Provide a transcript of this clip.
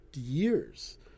years